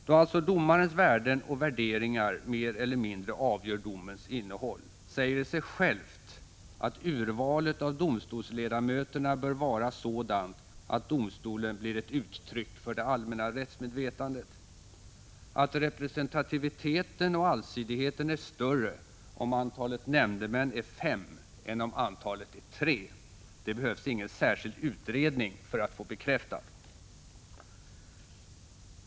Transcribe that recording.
Då alltså domarens värden och värderingar mer eller mindre avgör domens innehåll säger det sig självt att urvalet av domstolsledamöterna bör vara sådant att domstolen blir ett uttryck för det allmänna rättsmedvetandet. Att representativiteten och allsidigheten är större om antalet nämndemän är fem än om antalet är tre behövs det ingen särskild utredning för att få bekräftat.